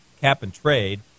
cap-and-trade